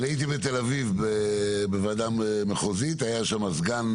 כשאני הייתי בתל אביב בוועדה מחוזית היה שם סגן,